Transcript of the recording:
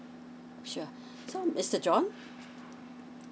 sure so mister john